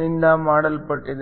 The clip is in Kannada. ನಿಂದ ಮಾಡಲ್ಪಟ್ಟಿದೆ